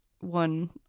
one